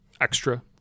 extra